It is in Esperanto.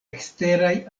eksteraj